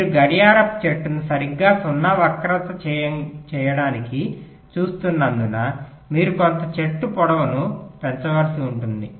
మీరు గడియారపు చెట్టును సరిగ్గా 0 వక్రంగా చేయడానికి చూస్తున్నందున మీరు కొంత చెట్టు పొడవును పెంచవలసి ఉంటుంది